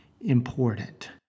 important